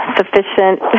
sufficient